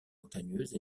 montagneuses